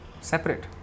separate